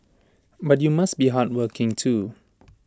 but you must be hardworking too